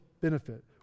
benefit